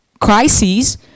crises